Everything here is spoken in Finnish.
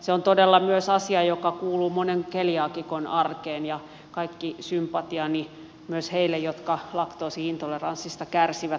se on todella myös asia joka kuuluu monen keliaakikon arkeen ja kaikki sympatiani myös niille jotka laktoosi intoleranssista kärsivät